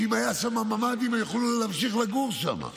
אם היו שם ממ"דים, הם היו יכולים להמשיך לגור שם.